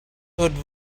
would